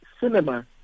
cinema